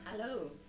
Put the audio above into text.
hello